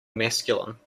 masculine